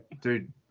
Dude